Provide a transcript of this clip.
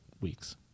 weeks